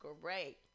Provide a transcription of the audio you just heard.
great